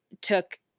took